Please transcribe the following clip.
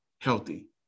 healthy